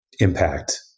impact